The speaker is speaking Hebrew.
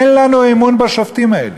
אין לנו אמון בשופטים האלה,